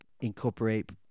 incorporate